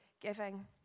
giving